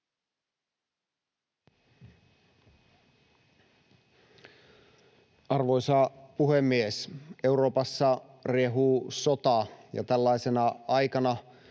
Arvoisa puhemies! Euroopassa riehuu sota, ja tällaisena aikana